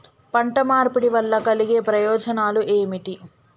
పంట మార్పిడి వల్ల కలిగే ప్రయోజనాలు ఏమిటి?